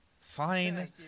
fine